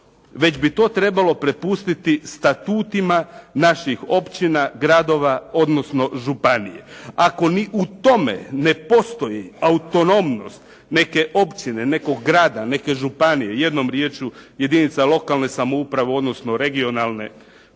već bi to trebalo prepustiti statutima naših općina, gradova, odnosno županija. Ako ni u tome ne postoji autonomnost neke općine, nekog grada, neke županije, jednom riječju jedinica lokalne samouprave, odnosno regionalne,